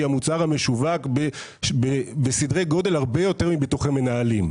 המוצר המשווק בסדרי גודל הרבה יותר מביטוחי מנהלים.